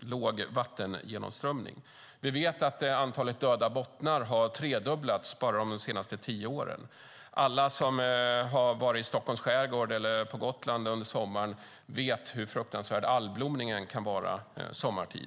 låg vattengenomströmning. Vi vet att antalet döda bottnar har tredubblats bara under de senaste tio åren. Alla som har varit i Stockholms skärgård eller på Gotland under sommaren vet hur fruktansvärd algblomningen kan vara sommartid.